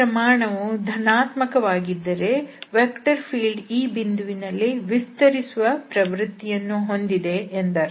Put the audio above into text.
ಈ ಪ್ರಮಾಣವು ಧನಾತ್ಮಕ ವಾಗಿದ್ದರೆ ವೆಕ್ಟರ್ ಫೀಲ್ಡ್ ಈ ಬಿಂದುವಿನಲ್ಲಿ ವಿಸ್ತರಿಸುವ ಪ್ರವೃತ್ತಿಯನ್ನು ಹೊಂದಿದೆ ಎಂದರ್ಥ